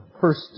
First